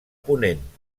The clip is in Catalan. ponent